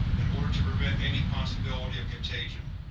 in order to prevent any possibility of contagion.